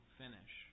finish